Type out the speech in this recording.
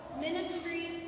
ministry